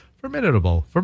Formidable